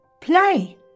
play